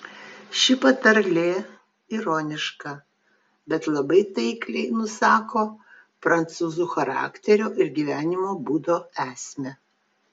ši patarlė ironiška bet labai taikliai nusako prancūzų charakterio ir gyvenimo būdo esmę